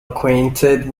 acquainted